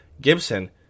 Gibson